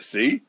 See